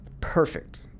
perfect